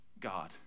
God